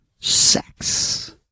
sex